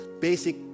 basic